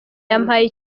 yampaye